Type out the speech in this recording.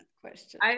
question